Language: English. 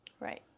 right